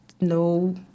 No